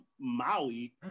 Maui